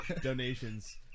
donations